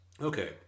Okay